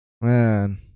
man